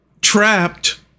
trapped